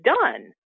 done